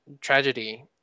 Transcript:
tragedy